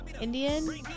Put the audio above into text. Indian